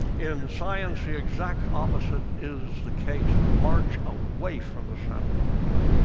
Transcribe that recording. in science, the exact opposite is the case march away from the sound of the guns.